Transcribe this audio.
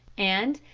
and,